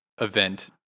event